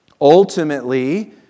Ultimately